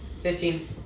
Fifteen